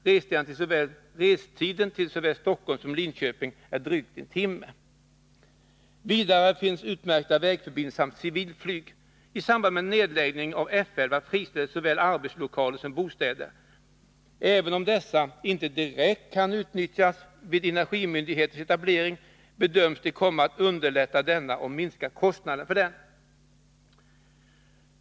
Restiden till såväl Stockholm som Linköping är drygt en timme. Vidare finns utmärkta vägförbindelser samt civilflyg. I samband med nedläggningen av F 11 friställdes såväl arbetslokaler som bostäder. Även om dessa inte direkt kan utnyttjas vid energimyndigheternas etablering bedöms de komma att underlätta denna och minska kostnaderna för den.